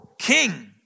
King